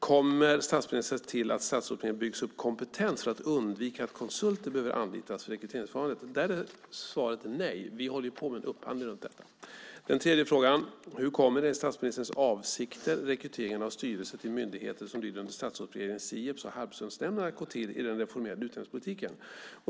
Kommer statsministern att se till att det i Statsrådsberedningen byggs upp kompetens för att undvika att konsulter behöver anlitas för rekryteringsförfarandet? Där är svaret nej. Vi håller på med en upphandling runt detta. Den tredje frågan är: Hur kommer, enligt statsministerns avsikter, rekryteringen av styrelse till de myndigheter som lyder under Statsrådsberedningen, Sieps och Harpsundsnämnden, att gå till i den reformerade utnämningspolitiken?